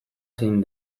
zein